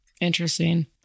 Interesting